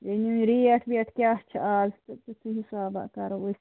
rate ویٹ کیٛاہ چھِ اَز تہٕ تِتھُے حِسابہٕ کرو أسۍ